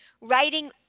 writing